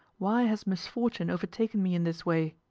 why has misfortune overtaken me in this way?